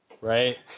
right